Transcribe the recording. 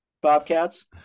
Bobcats